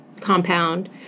compound